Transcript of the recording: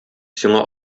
сиңа